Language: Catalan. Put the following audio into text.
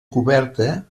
coberta